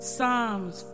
Psalms